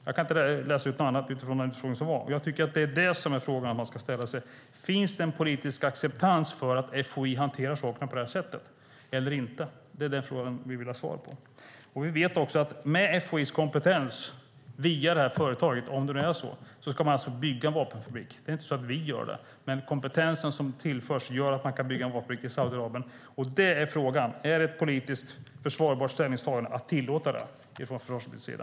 Jag kan inte läsa ut något annat utifrån den situation som var, och jag tycker att det är det som är frågan man ska ställa sig: Finns det en politisk acceptans för att FOI hanterar sakerna på detta sätt eller inte? Det är den frågan vi vill ha svar på. Vi vet också att man med FOI:s kompetens, via detta företag om det nu är så, ska bygga en vapenfabrik. Det är inte så att vi gör det, men kompetensen som tillförs gör att man kan bygga en vapenfabrik i Saudiarabien. Frågan är: Är det från försvarsministerns sida ett politiskt försvarbart ställningstagande att tillåta detta?